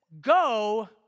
go